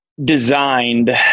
designed